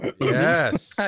Yes